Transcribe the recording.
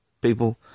people